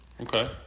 Okay